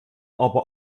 aber